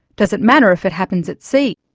does it matter if it happens at sea?